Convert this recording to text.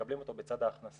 ומקבלים אותו בצד ההכנסה